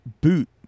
boot